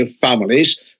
families